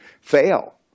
fail